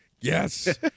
Yes